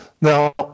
Now